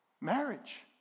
Marriage